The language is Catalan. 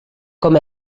com